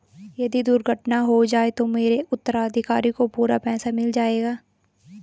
यदि दुर्घटना हो जाये तो मेरे उत्तराधिकारी को पूरा पैसा मिल जाएगा?